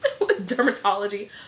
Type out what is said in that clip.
dermatology